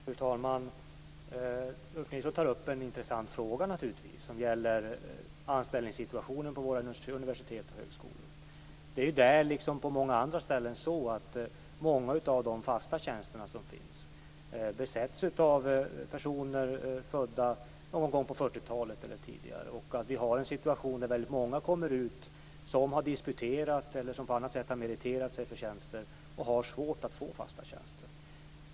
Fru talman! Ulf Nilsson tar naturligtvis upp en intressant fråga, som gäller anställningssituationen på våra universitet och högskolor. Det är där liksom på många andra ställen så att många av de fasta tjänsterna som finns besätts av personer födda någon gång på 1940-talet eller tidigare. Vi har en situation där väldigt många som har disputerat eller på annat sätt meriterat sig för tjänster har svårt att få fasta tjänster.